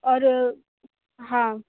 और हाँ